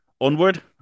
Onward